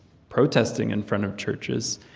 protesting in front of churches,